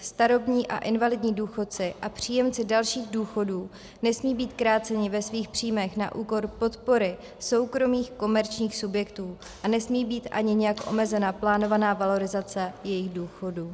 Starobní a invalidní důchodci a příjemci dalších důchodů nesmí být kráceni ve svých příjmech na úkor podpory soukromých komerčních subjektů a nesmí být ani nijak omezena plánovaná valorizace jejich důchodů.